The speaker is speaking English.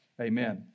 Amen